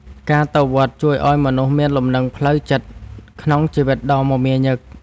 ការទៅវត្តជួយឱ្យមនុស្សមានលំនឹងផ្លូវចិត្ត ក្នុងជីវិតដ៏មមាញឹក។